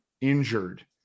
injured